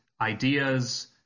ideas